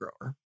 grower